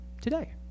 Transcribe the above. today